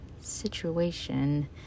situation